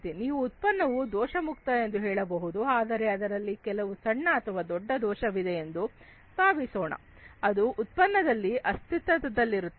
ನೀವು ಉತ್ಪನ್ನವು ದೋಷಮುಕ್ತ ಎಂದು ಹೇಳಬಹುದು ಆದರೆ ಅದರಲ್ಲಿ ಕೆಲವು ಸಣ್ಣ ಅಥವಾ ದೊಡ್ಡ ದೋಷವಿದೆ ಎಂದು ಭಾವಿಸೋಣ ಅದು ಉತ್ಪನ್ನದಲ್ಲಿ ಅಸ್ತಿತ್ವದಲ್ಲಿರುತ್ತದೆ